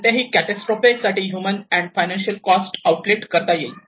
कोणत्याही कॅटॅस्रोफे साठी human and financial cost outlet करता येईल